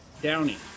Downey